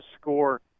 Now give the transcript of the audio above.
score